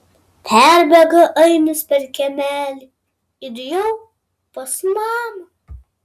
perbėga ainius per kiemelį ir jau pas mamą